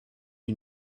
you